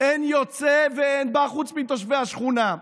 אין יוצא ואין בא חוץ מתושבי השכונה.